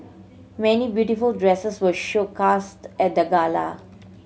many beautiful dresses were showcased at the gala